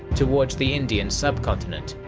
towards the indian subcontinent,